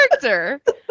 character